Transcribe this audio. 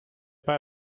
pas